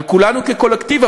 על כולנו כקולקטיב,